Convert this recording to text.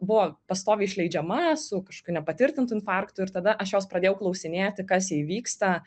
buvo pastoviai išleidžiama su kažkokiu nepatvirtintu infarktu ir tada aš jos pradėjau klausinėti kas jai vyksta